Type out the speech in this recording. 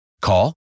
Call